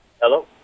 Hello